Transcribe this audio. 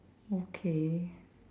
okay